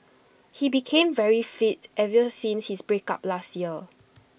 he became very fit ever since his breakup last year